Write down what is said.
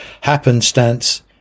happenstance